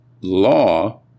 law